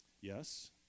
Yes